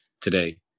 today